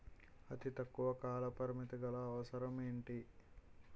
అతి తక్కువ కాల పరిమితి గల అవసరం ఏంటి